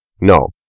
No